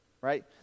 Right